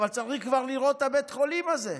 אבל צריך כבר לראות את בית החולים הזה.